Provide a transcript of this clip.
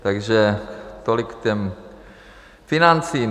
Takže tolik k těm financím.